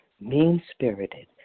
mean-spirited